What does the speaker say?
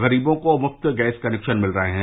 गरीबों को मुफ्त गैस कनेक्शन मिल रहे हैं